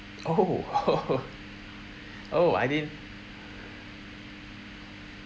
oh oh I didn't